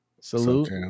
Salute